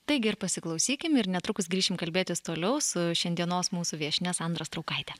taigi ir pasiklausykim ir netrukus grįšim kalbėtis toliau su šiandienos mūsų viešnia sandra straukaite